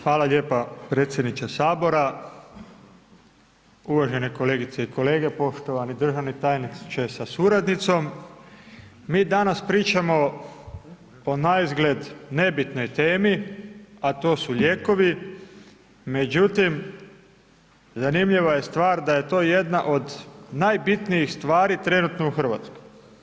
Hvala lijepa predsjedniče sabora, uvažene kolegice i kolege, poštovani državni tajniče sa suradnicom, mi danas pričamo o naizgled nebitnoj temi a to su lijekovi, međutim zanimljiva je stvar da je to jedna od najbitnijih stvari trenutno u Hrvatskoj.